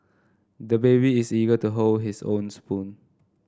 the baby is eager to hold his own spoon